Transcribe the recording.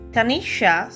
Tanisha